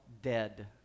dead